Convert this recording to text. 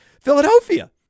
Philadelphia